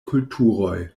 kulturoj